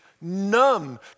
numb